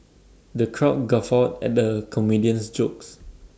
the crowd guffawed at the comedian's jokes